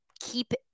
keep